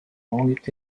langues